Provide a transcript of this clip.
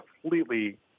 completely